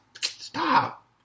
stop